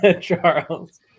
Charles